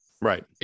Right